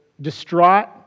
distraught